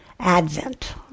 Advent